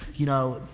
you know,